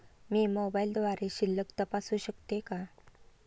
मी मोबाइलद्वारे शिल्लक तपासू शकते का?